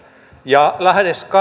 ja lähes